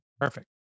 Perfect